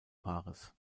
paares